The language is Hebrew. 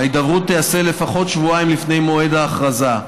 ההידברות תיעשה לפחות שבועיים לפני מועד ההכרזה.